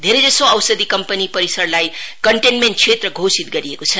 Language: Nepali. धेरैजसो औषधि कम्पनी परिसरलाई कन्टेनमेन्ट क्षेत्र घोषित गरिएको छ